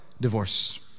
divorce